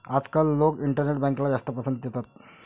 आजकाल लोक इंटरनेट बँकला जास्त पसंती देतात